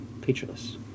featureless